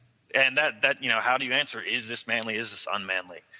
and that that you know how do you answer, is this manly, is this unmanly?